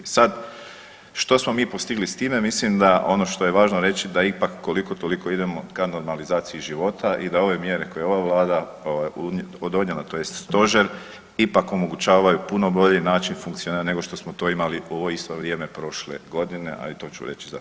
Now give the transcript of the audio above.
Sad što smo mi postigli s time mislim da ono što je važno reći da ipak koliko toliko idemo ka normalizaciji života i da ove mjere koje je ova Vlada donijela, tj. Stožer ipak omogućavaju puno bolji način funkcioniranja nego što smo to imali u ovo isto vrijeme prošle godine, ali i to ću reći zašto.